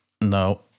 No